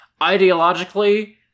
ideologically